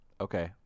Okay